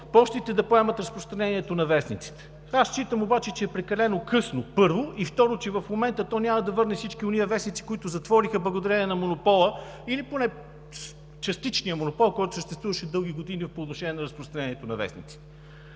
Пощите да поемат разпространението на вестниците. Аз считам обаче, че е прекалено късно, първо. И, второ, че в момента то няма да върне всички онези вестници, които затвориха, благодарение на монопола или поне частичния монопол, който съществуваше дълги години по отношение на разпространението на вестници